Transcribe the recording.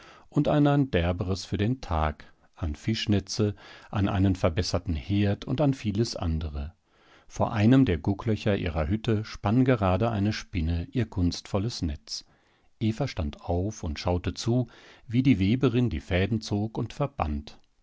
und an ein derberes für den tag an fischnetze an einen verbesserten herd und an vieles andere vor einem der gucklöcher ihrer hütte spann gerade eine spinne ihr kunstvolles netz eva stand auf und schaute zu wie die weberin die fäden zog und verband